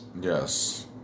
Yes